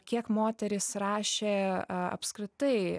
kiek moterys rašė apskritai